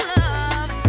love